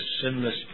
sinless